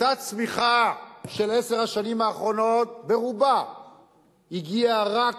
אותה צמיחה של עשר השנים האחרונות, ברובה הגיעה רק